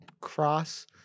cross